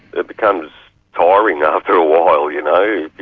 it becomes tiring after a while, you know,